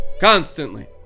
Constantly